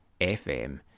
FM